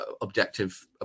objective